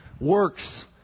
works